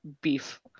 beef